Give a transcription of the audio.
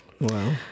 Wow